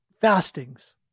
fastings